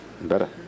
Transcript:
better